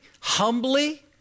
humbly